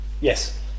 Yes